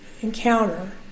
Encounter